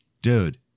Dude